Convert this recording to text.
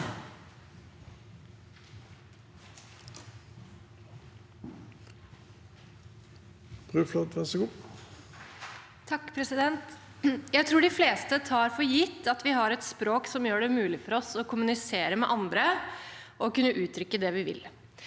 Jeg tror de fleste tar for gitt at vi har et språk som gjør det mulig for oss å kommunisere med andre og å kunne uttrykke det vi vil.